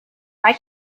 why